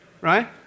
Right